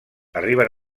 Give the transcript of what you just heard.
arriben